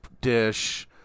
dish